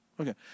Okay